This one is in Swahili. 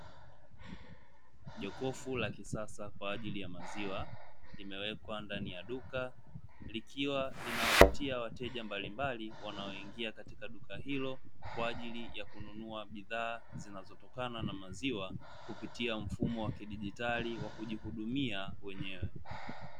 Jokofu la kisasa kwa ajili ya maziwa limewekwa ndani ya duka, likiwa linawavutia wateja mbalimbali wanaoingia katika duka hilo, kwa ajili ya kununua bidhaa zinazotokana na maziwa kupitia mfumo wa kidijitali wa kujihudumia wenyewe.